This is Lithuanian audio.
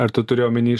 ar tu turi omeny